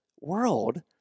world